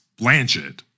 Blanchett